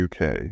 UK